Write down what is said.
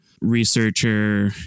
researcher